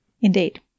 Indeed. –